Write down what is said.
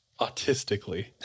autistically